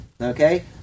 Okay